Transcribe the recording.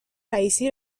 رییسی